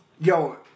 Yo